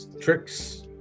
tricks